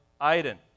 Iden